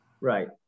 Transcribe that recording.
Right